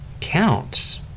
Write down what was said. counts